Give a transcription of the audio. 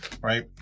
right